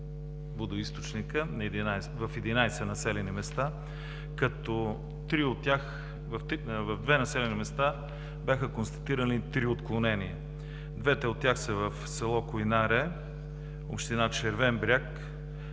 водоизточника в 11 населени места, като в две населени места бяха констатирани три отклонения. Двете от тях са в с. Койнаре, община Червен бряг,